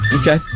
Okay